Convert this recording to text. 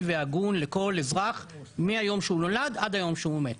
והגון לכל אזרח מהיום שהוא נולד עד היום שהוא מת.